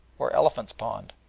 or elephant's pond,